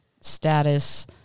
status